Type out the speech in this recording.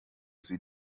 sie